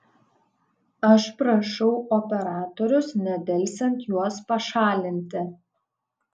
aš prašau operatorius nedelsiant juos pašalinti